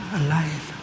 alive